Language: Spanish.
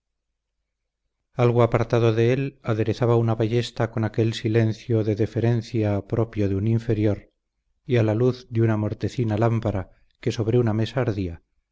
algo apartado de él aderezaba una ballesta con aquel silencio de deferencia propio de un inferior y a la luz de una mortecina lámpara que sobre una mesa ardía